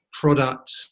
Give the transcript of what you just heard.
product